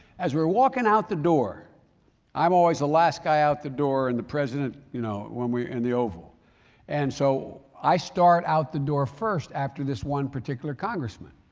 as we're walking out the door i'm always the last guy out the door and the president, you know, when we, in the oval and so i start out the door first after this one particular congressman.